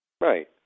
Right